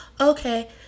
okay